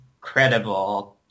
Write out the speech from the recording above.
credible